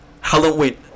Halloween